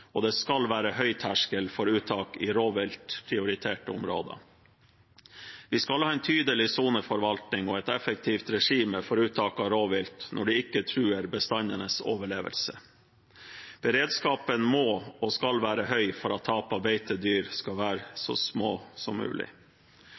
og det skal være høy terskel for uttak i rovviltprioriterte områder. Vi skal ha en tydelig soneforvaltning og et effektivt regime for uttak av rovvilt når det ikke truer bestandenes overlevelse. Beredskapen må og skal være høy for at tap av beitedyr skal være